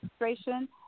administration